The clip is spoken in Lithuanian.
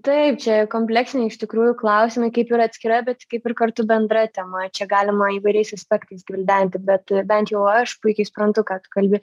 taip čia kompleksiniai iš tikrųjų klausimai kaip ir atskira bet kaip ir kartu bendra tema čia galima įvairiais aspektais gvildenti bet bent jau aš puikiai suprantu ką tu kalbi